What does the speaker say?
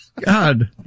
God